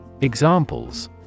Examples